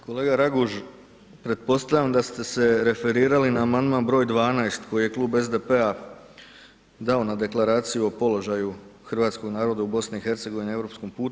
Kolega Raguž pretpostavljam da ste se referirali na Amandman broj 12. koji je Klub SDP-a dao na Deklaraciju o položaju hrvatskog naroda u BiH na europskom putu.